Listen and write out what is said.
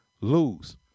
lose